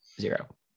zero